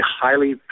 highly